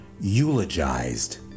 eulogized